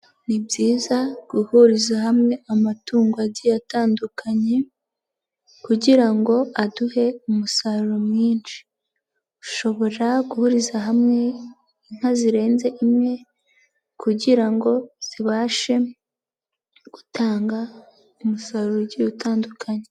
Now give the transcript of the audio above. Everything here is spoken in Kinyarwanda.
Ni byiza guhuriza hamwe amatungo agiye atandukanye kugira ngo aduhe umusaruro mwinshi, ushobora guhuriza hamwe inka zirenze imwe kugira ngo zibashe gutanga umusaruro ugiye utandukanye.